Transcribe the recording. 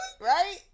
Right